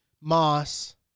Moss